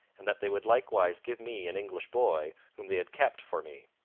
and that they would likewise give me an english boy whom they had kept for me.